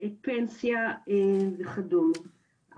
פנסיה וכדומה.